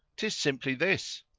tis simply this.